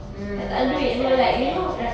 mm understand understand